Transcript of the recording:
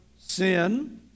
sin